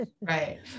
Right